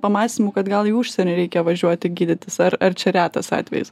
pamąstymų kad gal į užsienį reikia važiuoti gydytis ar ar čia retas atvejis